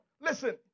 Listen